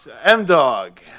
M-Dog